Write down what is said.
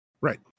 Right